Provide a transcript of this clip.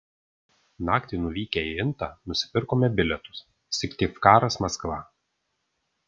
naktį nuvykę į intą nusipirkome bilietus syktyvkaras maskva